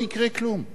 לא יקרה כלום.